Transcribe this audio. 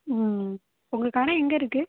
ம் உங்கள் கடை எங்கள் இருக்குது